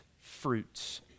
fruits